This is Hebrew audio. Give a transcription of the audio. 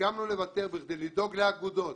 הסכמנו לוותר בכדי לדאוג לאגודות,